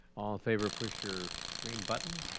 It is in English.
favor push your green buttons.